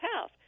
house